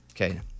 Okay